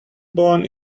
bone